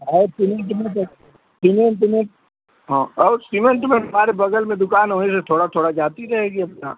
और सिमेंट डणासालू़ ओमेन्ट सब सिमेंट ओमेन्ट हाँ और सिमेंट ओमेन्ट हमारे बगल में दुकान वहीं से थोड़ा थोड़ा जाता रहेगा अपना